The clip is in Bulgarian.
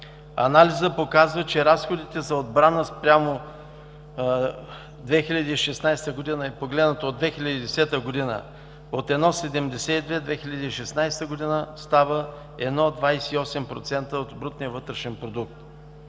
Анализът показва, че разходите за отбрана спрямо 2016 г. и погледнато от 2010 г. – от 1,72, през 2016 г. става 1,28% от брутния вътрешен продукт.